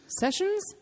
Sessions